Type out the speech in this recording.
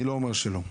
אני לא אומר שלא,